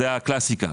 זה הקלאסיקה.